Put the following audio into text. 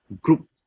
group